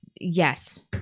yes